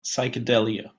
psychedelia